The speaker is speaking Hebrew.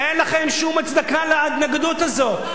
אין לכם שום הצדקה להתנגדות הזאת.